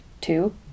two